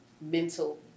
mental